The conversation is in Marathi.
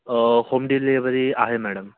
होम डिलिव्हरी आहे मॅडम